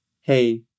hey